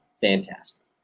Fantastic